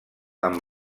amb